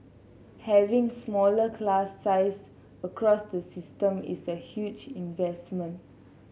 having smaller class sizes across the system is a huge investment